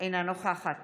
אינה נוכחת